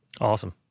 Awesome